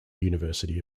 university